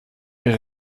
ihre